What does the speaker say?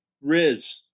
Riz